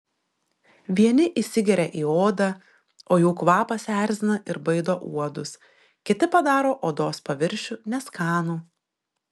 vieni įsigeria į odą o jų kvapas erzina ir baido uodus kiti padaro odos paviršių neskanų